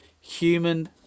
human